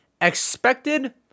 expected